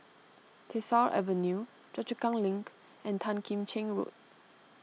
Tyersall Avenue Choa Chu Kang Link and Tan Kim Cheng Road